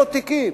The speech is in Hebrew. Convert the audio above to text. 300 תיקים,